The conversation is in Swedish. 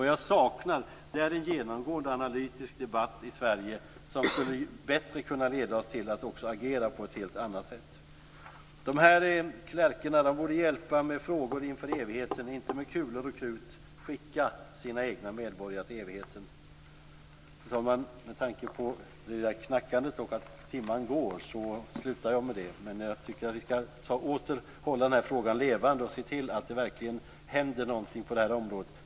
Vad jag saknar är en genomgående analytisk debatt i Sverige som bättre skulle kunna leda oss till att också agera på ett helt annat sätt. Dessa klerker borde hjälpa till med frågor inför evigheten, inte med kulor och krut skicka sina egna medborgare till evigheten. Med tanke på fru talmannens knackande och på att timman går slutar jag med detta. Jag tycker dock att vi skall hålla den här frågan levande och se till att det verkligen händer någonting på det här området.